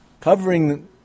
Covering